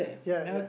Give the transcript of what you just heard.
ya ya